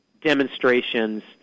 demonstrations